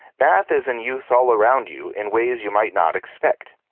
math is in use all around you in ways you might not expect.